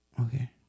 Okay